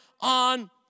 on